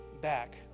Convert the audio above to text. back